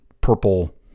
purple